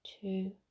two